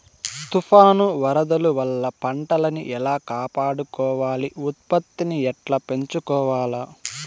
తుఫాను, వరదల వల్ల పంటలని ఎలా కాపాడుకోవాలి, ఉత్పత్తిని ఎట్లా పెంచుకోవాల?